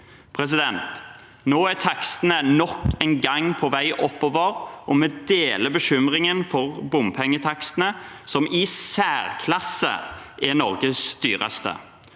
kr. Nå er takstene nok en gang på vei oppover, og vi deler bekymringen for bompengetakstene, som i særklasse er Norges dyreste.